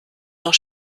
noch